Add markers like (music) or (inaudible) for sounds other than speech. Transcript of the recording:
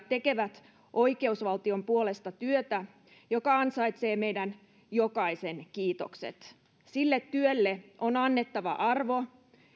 (unintelligible) tekevät oikeusvaltion puolesta työtä joka ansaitsee meidän jokaisen kiitokset sille työlle on annettava arvo